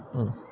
mm